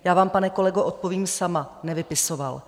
Já vám, pane kolego, odpovím sama. nevypisoval.